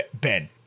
ben